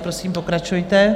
Prosím, pokračujte.